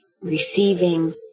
receiving